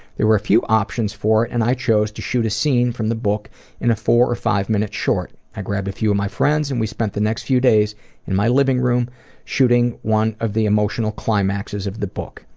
there were a few options for it, and i chose to shoot a scene from the book in a four or five minute short. i grabbed a few of my friends and we spent the next few days in my living room shooting one of the emotional climaxes of the book.